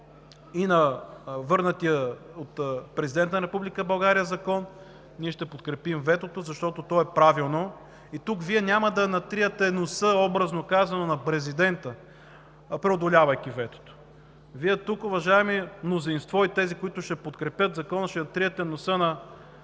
и върнатия от Президента на Република България Закон. Ние ще подкрепим ветото, защото то е правилно. Тук Вие няма да натриете носа, образно казано, на президента, преодолявайки ветото. Вие тук, уважаемо мнозинство, и тези, които ще подкрепят Закона, ще натриете носа на